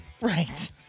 Right